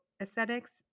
aesthetics